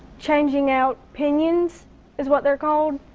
changing out pinions is what they're called.